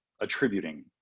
attributing